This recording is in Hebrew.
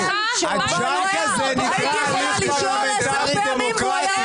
--- הג'אנק הזה נקרא הליך פרלמנטרי דמוקרטי.